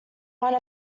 one